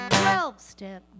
twelve-step